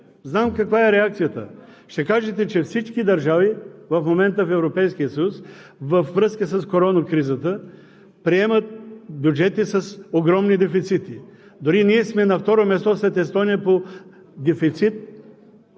знам каква е реакцията. Ще кажете, че всички държави в Европейския съюз в момента, във връзка с корона кризата, приемат бюджети с огромни дефицити. Дори ние сме на второ място след Естония по дефицит